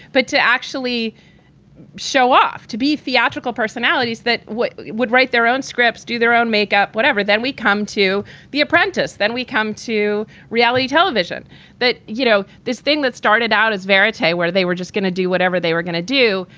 but to actually show off to be theatrical personalities, that we would write their own scripts, do their own makeup, whatever. then we come to the apprentice. then we come to reality television that, you know, this thing that started out as verite where they were just going to do whatever they were going to do.